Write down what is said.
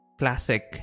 classic